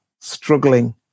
struggling